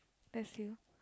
that's you